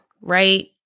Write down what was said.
right